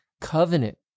covenant